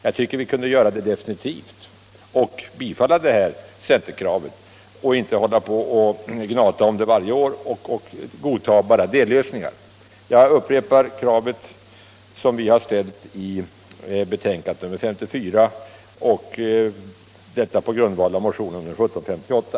Jag tycker att man definitivt kunde bestämma sig för att bifalla centerkravet i stället för att gnata om detta varje år och bara godta dellösningar. Jag upprepar det krav på grundval av motionen 1758 som vi framställt i reservation vid näringsutskottets betänkande nr 54.